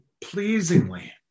pleasingly